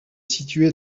située